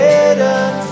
Hidden